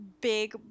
big